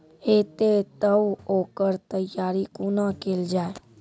हेतै तअ ओकर तैयारी कुना केल जाय?